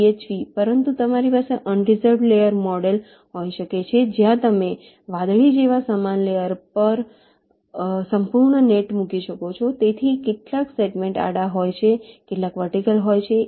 VHV પરંતુ તમારી પાસે અનરિઝર્વ્ડ લેયર મૉડલ હોઈ શકે છે જ્યાં તમે વાદળી જેવા સમાન લેયર પર સંપૂર્ણ નેટ મૂકી શકો છો તેથી કેટલાક સેગમેન્ટ આડા હોય છે કેટલાક વર્ટિકલ હોય છે